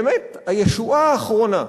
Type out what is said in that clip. באמת, הישועה האחרונה,